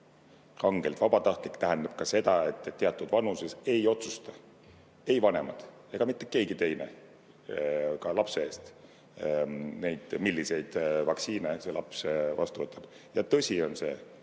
Rangelt vabatahtlik tähendab ka seda, et teatud vanuses lapse puhul ei otsusta ei vanemad ega mitte keegi teine lapse eest, milliseid vaktsiine laps vastu võtab. Tõsi on see,